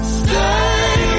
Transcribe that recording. stay